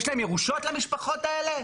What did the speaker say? יש להם ירושות למשפחות האלה?